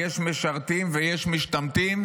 יש משרתים ויש משתמטים.